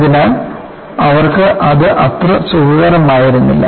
അതിനാൽ അവർക്ക് അത് അത്ര സുഖകരമായിരുന്നില്ല